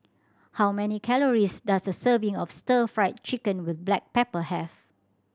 how many calories does a serving of Stir Fry Chicken with black pepper have